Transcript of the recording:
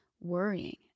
worrying